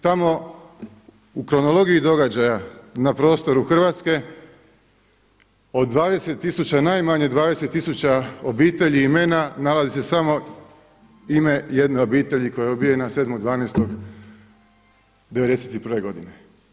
Tamo u kronologiji događaja na prostoru Hrvatske od 20 tisuća, najmanje 20 tisuća obitelji i imena nalazi se samo ime jedne obitelji koja je ubijena 7.12.1991. godine.